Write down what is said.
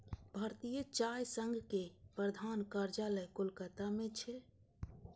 भारतीय चाय संघ के प्रधान कार्यालय कोलकाता मे छै